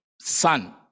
son